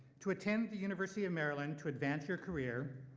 to attend the university of maryland to advance your career,